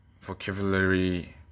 vocabulary